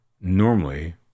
normally